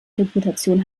reputation